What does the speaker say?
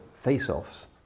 face-offs